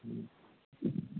ہوں